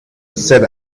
said